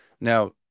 Now